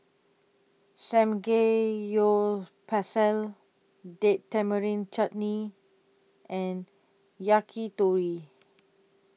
Samgeyopsal Date Tamarind Chutney and Yakitori